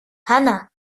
hannah